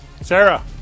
Sarah